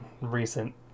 recent